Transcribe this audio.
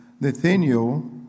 Nathaniel